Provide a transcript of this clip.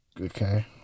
Okay